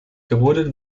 gerodet